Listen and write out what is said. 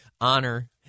honor